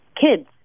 kids